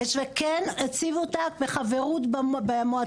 וכן הציבו אותה בחברות במועצת ירוחם.